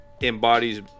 embodies